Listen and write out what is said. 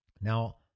Now